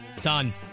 Done